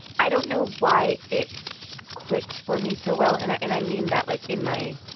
i don't know why it clicks for me so well. and and i mean that, like, in my,